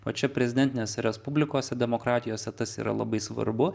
o čia prezidentinėse respublikose demokratijose tas yra labai svarbu